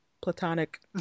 platonic